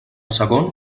segon